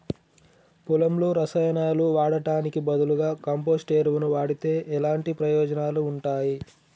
పొలంలో రసాయనాలు వాడటానికి బదులుగా కంపోస్ట్ ఎరువును వాడితే ఎలాంటి ప్రయోజనాలు ఉంటాయి?